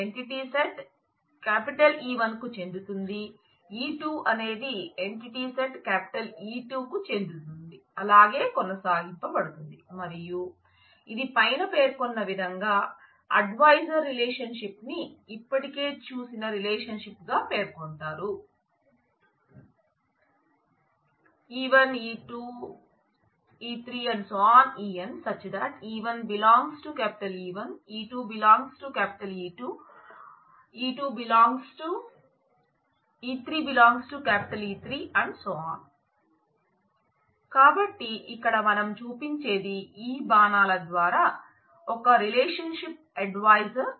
en n entity సెట్లను | e1€E1e2€E2e3€E3 కాబట్టి ఇక్కడ మనం చూపించేది ఈ బాణాల ద్వారా ఒక రిలేషన్షిప్ ఎడ్వైజర్